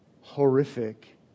horrific